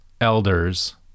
elders